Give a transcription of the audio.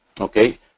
okay